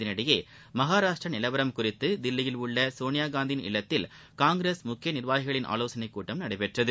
இதனிடையே மகாராஷ்டிரா நிலவரம் குறித்து தில்லியில் உள்ள சோனியாகாந்தியின் இல்லத்தில் காங்கிரஸ் முக்கிய நிர்வாகிகளின் ஆலோசனைக் கூட்டம் நடைபெற்றது